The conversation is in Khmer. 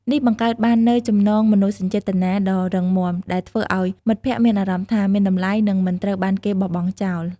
នេះបង្កើតបាននូវ ចំណងមនោសញ្ចេតនាដ៏រឹងមាំ ដែលធ្វើឲ្យមិត្តភក្តិមានអារម្មណ៍ថា មានតម្លៃ និងមិនត្រូវបានគេបោះបង់ចោល។